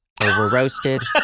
overroasted